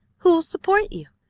who'll support you?